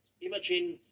Imagine